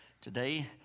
today